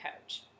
coach